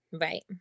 Right